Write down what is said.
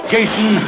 Jason